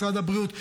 משרד הבריאות,